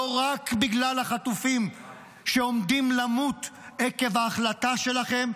לא רק בגלל החטופים שעומדים למות עקב החלטה שלכם,